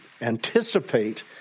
anticipate